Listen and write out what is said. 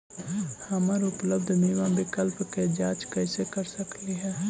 हम उपलब्ध बीमा विकल्प के जांच कैसे कर सकली हे?